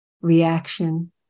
reaction